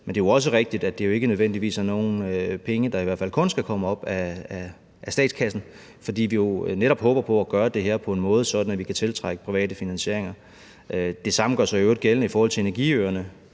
Men det er jo også rigtigt, at det ikke nødvendigvis er penge, der kun skal komme op af statskassen, fordi vi jo netop håber på at gøre det her på en måde, så vi kan tiltrække private investeringer. Det samme gør sig i øvrigt gældende i forhold til energiøerne.